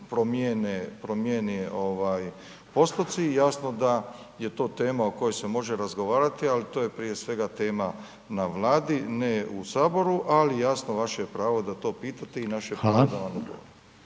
promijene postoci, jasno da je to tema o kojoj se može razgovarati, al to je prije svega tema na Vladi, ne u HS, ali jasno vaše je pravo da to pitate …/Upadica: